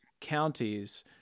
counties